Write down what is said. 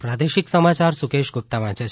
પ્રાદેશિક સમાચાર સુકેશ ગુપ્તા વાંચે છે